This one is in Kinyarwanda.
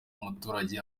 umuturage